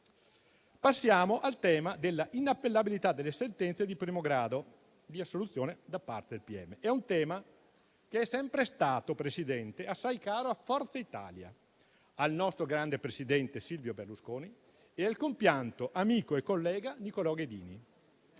Passiamo al tema dell'inappellabilità delle sentenze di primo grado di assoluzione da parte del pm, che è sempre stato assai caro a Forza Italia, al nostro grande presidente Silvio Berlusconi e al compianto amico e collega Nicolò Ghedini.